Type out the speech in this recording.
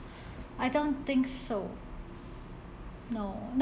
I don't think so no